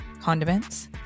condiments